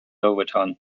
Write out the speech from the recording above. overton